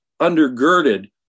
undergirded